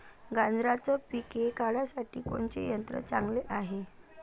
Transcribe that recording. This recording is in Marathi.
गांजराचं पिके काढासाठी कोनचे यंत्र चांगले हाय?